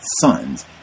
sons